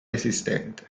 esistente